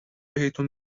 بهتون